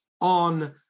on